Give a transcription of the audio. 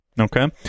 Okay